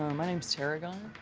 my name's taragon.